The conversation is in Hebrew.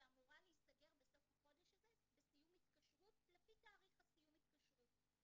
שאמורה להיסגר בסוף החודש הזה בסיום התקשרות לפי תאריך סיום ההתקשרות.